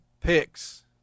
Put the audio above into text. picks